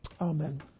Amen